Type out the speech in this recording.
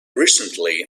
recently